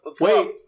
Wait